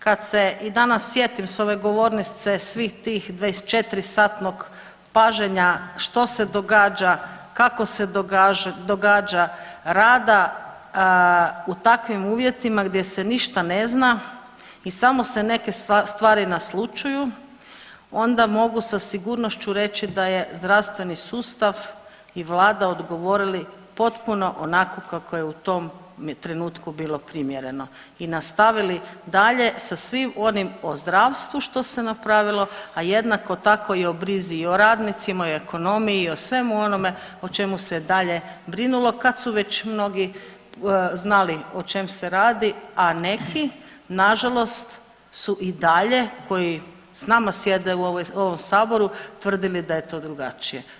Kad se i danas sjetim s ove govornice svih tih 24 satnog paženja što se događa, kako se događa, rada u takvim uvjetima gdje se ništa ne zna i samo se neke stvari naslućuju, onda mogu sa sigurnošću reći da je zdravstveni sustav i Vlada odgovorili potpuno onako kako je u tom je trenutku bilo primjereno i nastavili dalje sa svim onim o zdravstvu što se napravilo, a jednako tako i o brizi i o radnicima i o ekonomiji i o svemu onome o čemu se dalje brinulo, kad su već mnogi znali o čemu se radi, a neki nažalost su i dalje koji s nama sjede u ovom Saboru tvrdili da je to drugačije.